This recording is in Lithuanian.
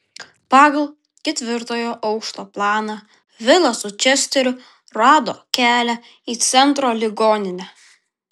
pagal ketvirtojo aukšto planą vilas su česteriu rado kelią į centro ligoninę